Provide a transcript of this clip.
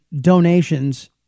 donations